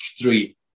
three